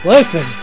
Listen